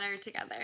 together